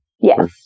Yes